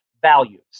values